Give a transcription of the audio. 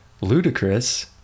ludicrous